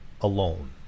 alone